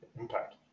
impact